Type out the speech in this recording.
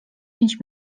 pięć